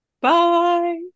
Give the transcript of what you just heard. Bye